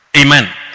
Amen